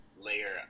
layer